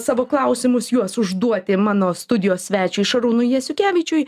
savo klausimus juos užduoti mano studijos svečiui šarūnui jasiukevičiui